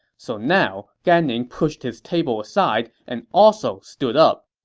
so now, gan ning pushed his table aside and also stood up.